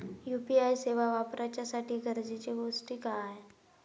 UPI सेवा वापराच्यासाठी गरजेचे गोष्टी काय?